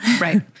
Right